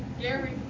Gary